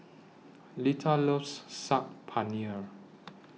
Lita loves Saag Paneer